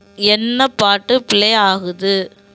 என்ன பாட்டு ப்ளே ஆகுது